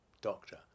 doctor